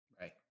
right